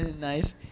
nice